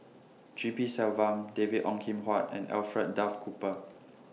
G P Selvam David Ong Kim Huat and Alfred Duff Cooper